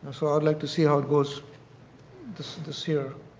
so i would like to see how it goes this this year.